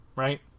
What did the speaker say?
right